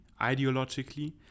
ideologically